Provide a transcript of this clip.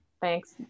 Thanks